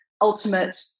ultimate